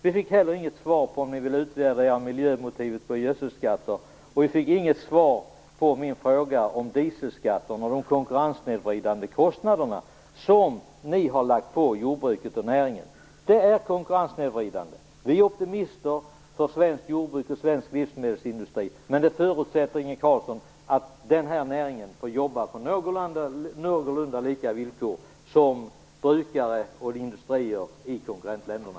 Vi fick heller inget svar på om ni vill utvärdera miljömotivet på gödselskatten, och vi fick inget svar på min fråga om dieselskatterna och de konkurrenssnedvridande kostnader som ni har lagt på jordbruket och näringen. Det är konkurrenssnedvridande. Vi är optimister när det gäller svenskt jordbruk och svensk livsmedelsindustri. Men det förutsätter, Inge Carlsson, att näringen får jobba på någorlunda lika villkor som brukare och industrier i konkurrentländerna.